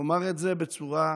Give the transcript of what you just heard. את זה בצורה פשוטה: